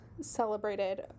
celebrated